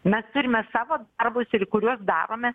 mes turime savo darbus kuriuos darome